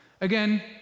Again